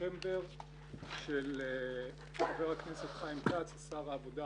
בספטמבר של שר העבודה,